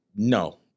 No